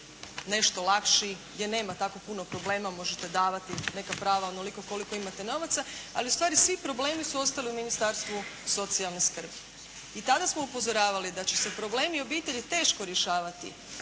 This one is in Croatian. nešto lakši, gdje nema tako puno problema, možete davati neka prava onoliko koliko imate novaca ali ustvari svi problemi su ostali u Ministarstvu socijalne skrbi. I tada smo upozoravali da će se problemi obitelji teško rješavati